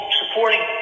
supporting